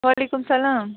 وعلیکُم السَلام